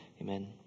Amen